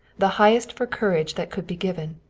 the highest for courage that could be given.